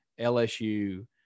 LSU